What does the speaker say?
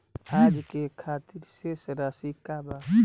आज के खातिर शेष राशि का बा?